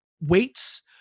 weights